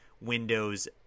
windows